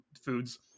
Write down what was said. foods